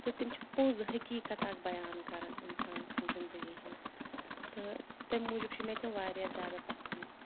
تہٕ تِم چھِ پوٚز حقیٖقت اَکھ بیان کَران اِنسان سٕنٛدِ زندگی ہِنٛز تہٕ تمہِ موٗجوٗب مےٚ تِم واریاہ زیادٕ پَسنٛد